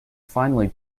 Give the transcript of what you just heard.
finely